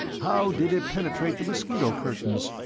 how did it penetrate the mosquito curtains?